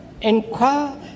enquire